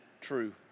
true